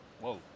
whoa